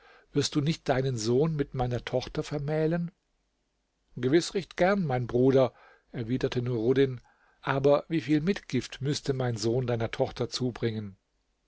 wirst du nicht deinen sohn mit meiner tochter vermählen gewiß recht gern mein bruder erwiderte nuruddin aber wieviel mitgift müßte mein sohn deiner tochter zubringen